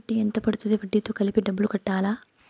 వడ్డీ ఎంత పడ్తుంది? వడ్డీ తో కలిపి డబ్బులు కట్టాలా?